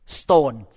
stone